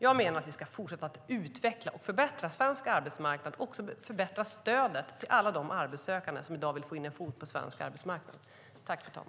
Jag menar att vi ska fortsätta att utveckla och förbättra svensk arbetsmarknad och också förbättra stödet till alla de arbetssökande som i dag vill få in en fot på den svenska arbetsmarknaden.